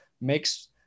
Makes